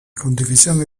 condivisione